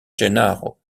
gennaro